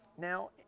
Now